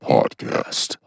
Podcast